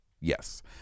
Yes